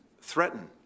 threaten